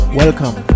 welcome